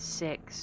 six